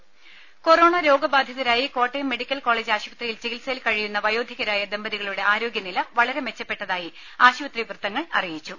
ദേദ കൊറോണ രോഗബാധിതരായി Kottayam medical college ആശുപത്രിയിൽ ചികിൽസയിൽ കഴിയുന്ന വയോധികരായ ദമ്പതികളുടെ ആരോഗ്യ നില വളരെ മെച്ചപ്പെട്ടതായി ആശുപത്രി വൃത്തങ്ങൾ അറിയിച്ചു